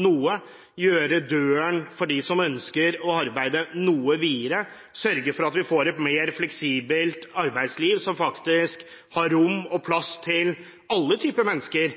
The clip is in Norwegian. noe, å gjøre døren for de som ønsker å arbeide, noe videre og sørge for at vi får et mer fleksibelt arbeidsliv, som faktisk har rom og plass til alle typer mennesker,